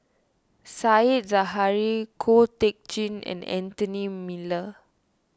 Said Zahari Ko Teck Kin and Anthony Miller